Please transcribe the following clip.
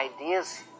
ideas